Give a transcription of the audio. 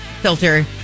filter